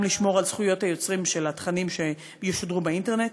גם לשמור על זכויות היוצרים של התכנים שישודרו באינטרנט.